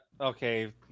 Okay